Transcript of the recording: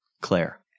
Claire